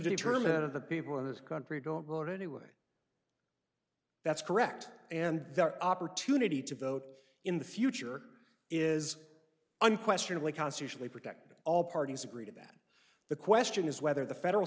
determinant of the people in this country don't vote anyway that's correct and the opportunity to vote in the future is unquestionably constitutionally protected all parties agree that the question is whether the federal